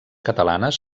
catalanes